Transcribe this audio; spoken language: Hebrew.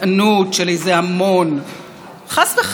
זה לא שאתם קשובים לרצונו של העם.